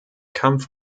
kampf